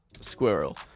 squirrel